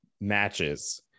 matches